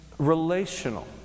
relational